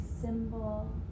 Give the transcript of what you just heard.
symbol